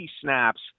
snaps